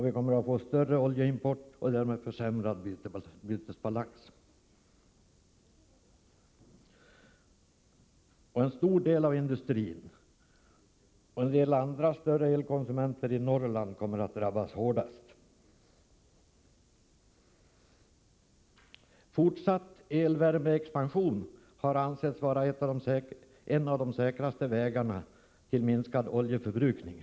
Vi kommer att få större oljeimport och därmed försämrad bytesbalans. En stor del av industrin och en del andra elkonsumenter i Norrland kommer att drabbas hårdast. Fortsatt elvärmeexpansion har ansetts vara en av de säkraste vägarna till minskad oljeförbrukning.